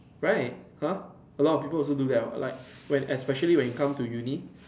right !huh! a lot of people also do that what like when especially when you come to Uni